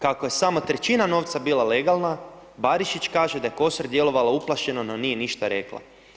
Kako je samo trećina novca bila legalna Barišić kaže da je Kosor djelovala uplašeno no nije ništa rekla.